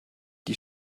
die